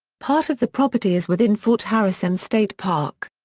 part of the property is within fort harrison state park.